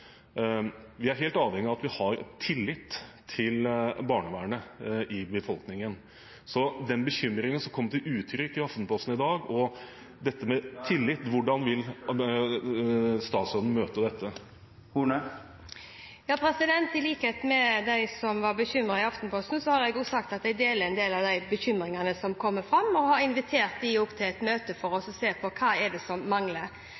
Vi er helt avhengige av at det er tillit til barnevernet i befolkningen. Så når det gjelder den bekymringen som kommer til uttrykk i Aftenposten i dag, om tillit, spør jeg: Hvordan vil statsråden møte dette? I likhet med dem som er bekymret i Aftenposten, har jeg sagt at jeg deler en del av de bekymringene som kommer fram, og har invitert dem til et møte for å se på hva som mangler.